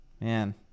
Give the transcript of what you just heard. man